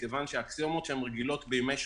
מכיוון שהאקסיומות הרגילות בימי שלום,